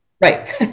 Right